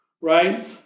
Right